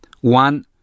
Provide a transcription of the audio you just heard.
one